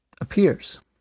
appears